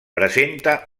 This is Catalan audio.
presenta